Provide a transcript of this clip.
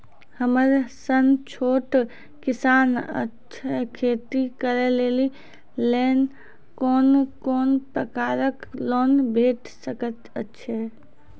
हमर सन छोट किसान कअ खेती करै लेली लेल कून कून प्रकारक लोन भेट सकैत अछि?